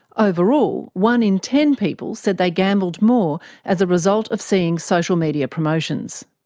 overall, one in ten people said they gambled more as a result of seeing social media promotions.